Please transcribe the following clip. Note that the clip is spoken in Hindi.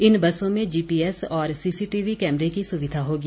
इन बसों में जीपीएस और सीसीटीवी कैमरे की सुविधा होगी